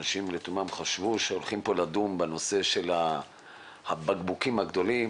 אנשים לתומם חשבו שהולכים כאן לדון בנושא של הבקבוקים הגדולים,